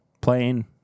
playing